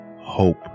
hope